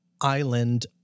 island